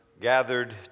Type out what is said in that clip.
gathered